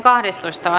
asia